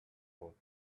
thought